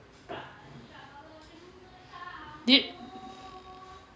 yup